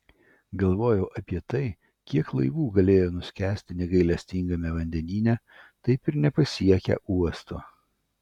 galvojau apie tai kiek laivų galėjo nuskęsti negailestingame vandenyne taip ir nepasiekę uosto